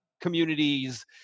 communities